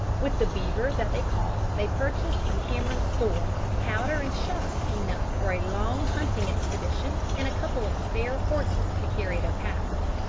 with the beaver that they caught, they purchased from cameron's store powder and shot enough for a long hunting expedition and a couple of spare horses to carry their packs.